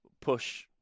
push